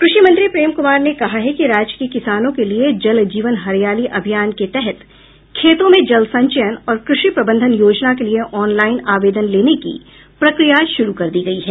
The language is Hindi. कृषि मंत्री प्रेम कूमार ने कहा है कि राज्य के किसानों के लिए जल जीवन हरियाली अभियान के तहत खेतों में जल संचयन और कृषि प्रबंधन योजना के लिए ऑनलाईन आवेदन लेने की प्रक्रिया शुरू कर दी गई है